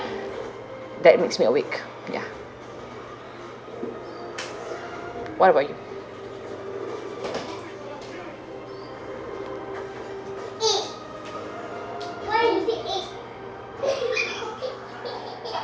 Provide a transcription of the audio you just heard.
that makes me awake ya what about you